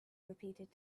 repeated